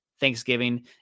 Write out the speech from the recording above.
Thanksgiving